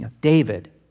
David